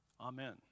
Amen